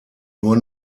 nur